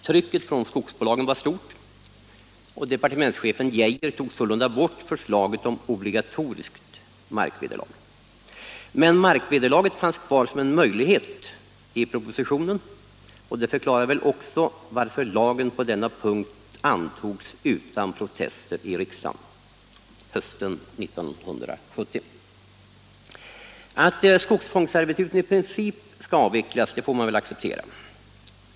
Trycket från skogsbolagen var stort, och departementschefen Geijer tog bort förslaget om obligatoriskt markvederlag. Men markvederlaget fanns kvar som en möjlighet i propositionen, och det förklarar väl också varför lagen på denna punkt antogs utan protester i riksdagen hösten 1970. Att skogsfångsservituten i princip skall avvecklas får man väl acceptera.